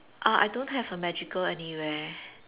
uh I don't have a magical anywhere